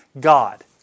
God